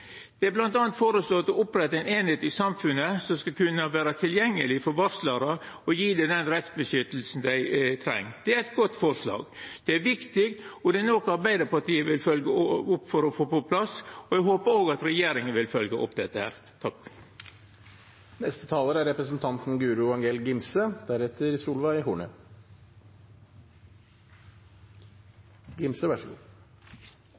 kunna vera tilgjengeleg for varslarar og gje dei det rettsvernet dei treng. Det er eit godt forslag, det er viktig og noko Arbeidarpartiet vil følgja opp for å få på plass. Eg håper regjeringa òg vil følgja det opp. Dette er en god og viktig interpellasjon, som setter fokus på hva politireformen egentlig dreier seg om. For den dreier seg om så